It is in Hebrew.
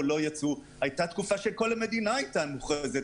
הייתה תקופה שכל המדינה הייתה מוכרזת